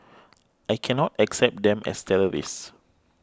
I cannot accept them as terrorists